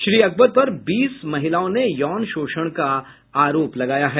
श्री अकबर पर बीस महिलाओं ने यौन शोषण का आरोप लगाया है